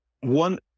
one